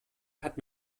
hat